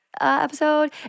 episode